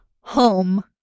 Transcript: Home